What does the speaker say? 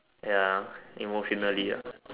ya emotionally ya